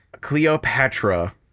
Cleopatra